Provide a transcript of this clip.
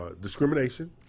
discrimination